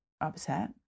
upset